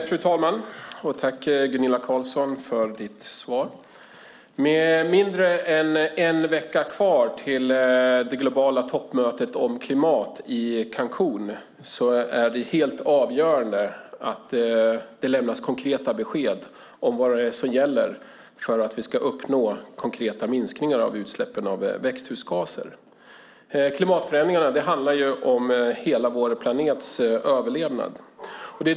Fru talman! Jag tackar Gunilla Carlsson för svaret. Med mindre än en vecka kvar till det globala toppmötet om klimat i Cancún är det helt avgörande att det lämnas konkreta besked om vad det är som gäller för att vi ska uppnå konkreta minskningar av utsläppen av växthusgaser. Klimatförändringarna handlar om hela vår planets överlevnad.